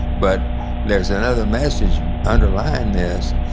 but there's another message underlying this,